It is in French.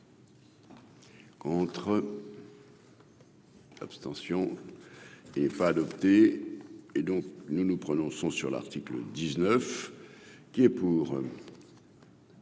Pour. Abstention est pas adopté et donc nous nous prononçons sur l'article 19 qui est pour.